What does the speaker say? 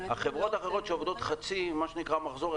החברות האחרות שעובדות חצי מחזור,